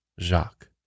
Jacques